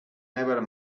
never